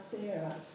Sarah